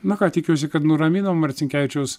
na ką tikiuosi kad nuraminom marcinkevičiaus